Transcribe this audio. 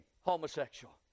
homosexual